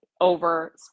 over